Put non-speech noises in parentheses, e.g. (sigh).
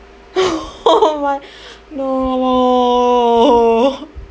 (laughs) oh my no